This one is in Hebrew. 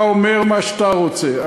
אתה אומר מה שאתה רוצה.